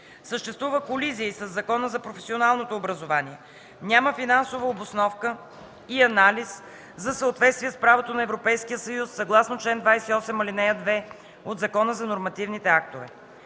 Съществува колизия и със Закона за професионалното образоване. Няма финансова обосновка и анализ за съответствието с правото на Европейския съюз, съгласно чл. 28, ал. 2 от Закона за нормативните актове.